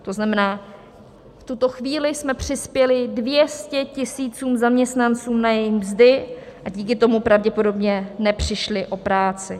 To znamená, v tuto chvíli jsme přispěli 200 tisícům zaměstnanců na jejich mzdy a díky tomu pravděpodobně nepřišli o práci.